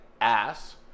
ass